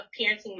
parenting